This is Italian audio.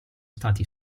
stati